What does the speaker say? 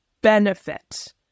benefit